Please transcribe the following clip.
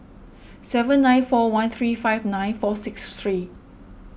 seven nine four one three five nine four six three